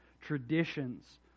traditions